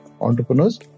entrepreneurs